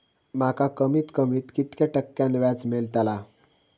माका कमीत कमी कितक्या टक्क्यान व्याज मेलतला?